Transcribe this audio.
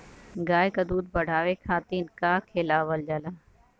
गाय क दूध बढ़ावे खातिन का खेलावल जाय?